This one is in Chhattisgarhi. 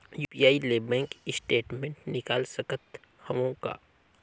यू.पी.आई ले बैंक स्टेटमेंट निकाल सकत हवं का?